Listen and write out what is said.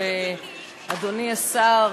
אדוני השר,